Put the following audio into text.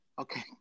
Okay